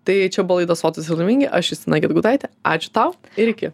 tai čia buvo laida sotūs ir laimingi aš justina gedgaudaitė ačiū tau ir iki